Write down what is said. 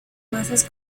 masas